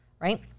right